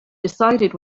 decided